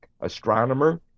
astronomer